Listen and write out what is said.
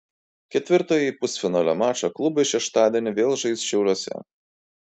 ketvirtąjį pusfinalio mačą klubai šeštadienį vėl žais šiauliuose